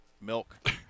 milk